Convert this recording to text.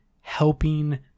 helping